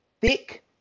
thick